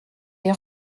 est